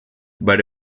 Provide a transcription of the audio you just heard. but